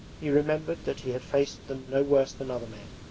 he remembered that he had faced them no worse than other men,